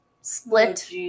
split